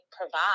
provide